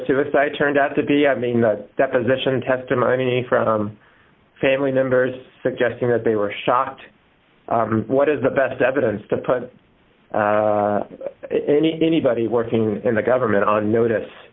suicide turned out to be i mean that deposition testimony from family members suggesting that they were shocked what is the best evidence to put any anybody working in the government on notice